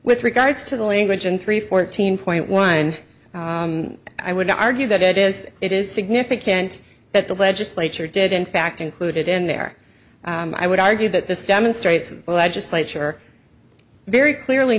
with regards to the language in three fourteen point one i would argue that it is it is significant that the legislature did in fact include it in there i would argue that this demonstrates the legislature very clearly